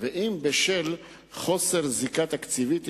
ואם בשל חוסר זיקה תקציבית ישירה.